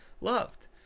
loved